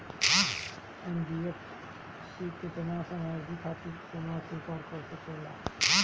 NBFC केतना समयावधि खातिर जमा स्वीकार कर सकला?